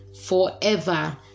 forever